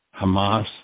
Hamas